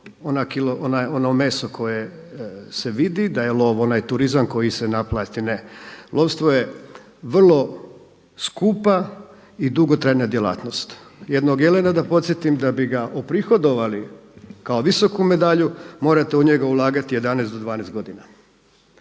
ono meso koje se vidi, da je lov onaj turizam koji se naplati. Ne, lovstvo je vrlo skupa i dugotrajna djelatnost. Jednog jelena da podsjetim da bi ga oprihodovali kao visoku medalju morate u njega ulagati 11 do 12 godina.